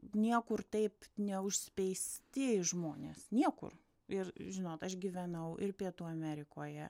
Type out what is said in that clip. niekur taip neužspeisti žmonės niekur ir žinok aš gyvenau ir pietų amerikoje